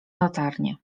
latarnię